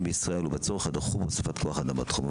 בישראל ובצורך הדחוף בהוספת כוח אדם בתחום.